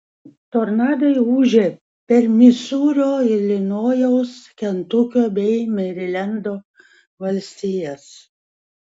tornadai ūžė per misūrio ilinojaus kentukio bei merilendo valstijas